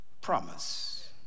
promise